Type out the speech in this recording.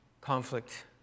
conflict